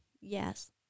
yes